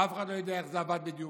ואף אחד לא יודע איך זה עבד בדיוק.